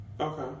Okay